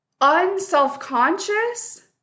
unselfconscious